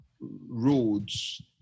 roads